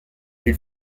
ils